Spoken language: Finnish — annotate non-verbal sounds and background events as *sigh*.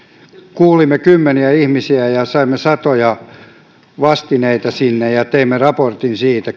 kuulimme kymmeniä ihmisiä ja saimme satoja vastineita sinne ja ja teimme raportin siitä *unintelligible*